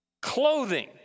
clothing